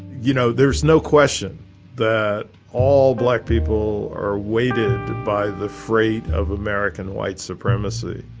you know, there's no question that all black people are weighted by the freight of american white supremacy,